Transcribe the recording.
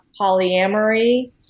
polyamory